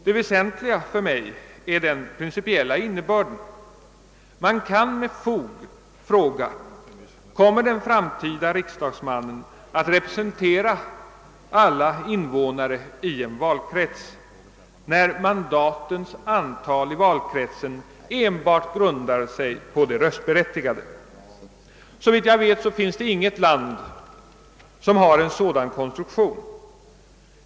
Det väsentliga för mig är den principiella innebörden. Man kan med fog fråga: Kommer den framtida riksdagsmannen att representera alla invånare i en valkrets, när mandatens antal i valkretsen enbart grundar sig på antalet röstberättigade? Såvitt jag vet finns det inget land som har en sådan konstruktion.